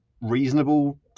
reasonable